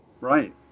Right